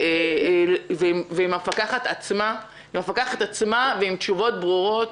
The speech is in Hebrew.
ועם המפקחת עצמה, ולקבל תשובות ברורות.